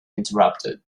interrupted